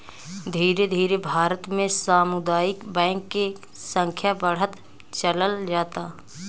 धीरे धीरे भारत में सामुदायिक बैंक के संख्या बढ़त चलल जाता